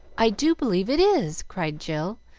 i do believe it is! cried jill,